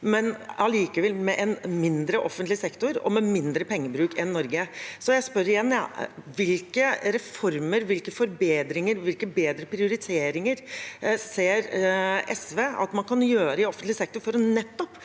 men allikevel med en mindre offentlig sektor og med mindre pengebruk enn Norge. Så jeg spør igjen: Hvilke reformer, hvilke forbedringer og hvilke bedre prioriteringer ser SV at man kan gjøre i offentlig sektor for nettopp